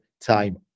time